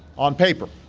on paper.